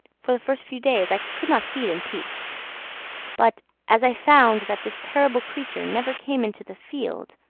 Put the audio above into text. for the first few days i could not feed in peace but as i found that this terrible creature never came into the field,